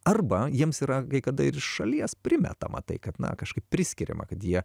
arba jiems yra kai kada ir šalies primetama tai kad na kažkaip priskiriama kad jie